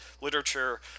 literature